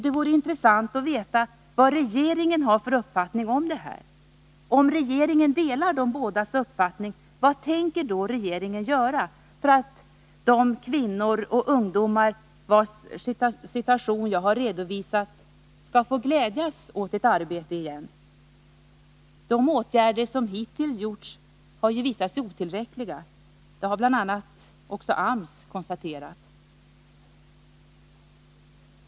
Det vore intressant att veta vad regeringen har för uppfattning om detta. Om regeringen delar de bådas uppfattning, vad tänker den då göra för att de kvinnor och ungdomar, vilkas situation jag har redovisat, skall få glädjas åt ett arbete igen? De åtgärder som hittills vidtagits har ju visat sig otillräckliga. Det har bl.a. också AMS konstaterat.